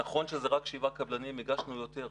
נכון שזה רק שבעה קבלנים, הגשנו יותר.